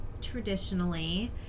traditionally